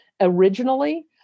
originally